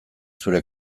zure